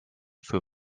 für